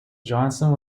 johnson